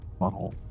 Butthole